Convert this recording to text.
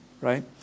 Right